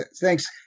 Thanks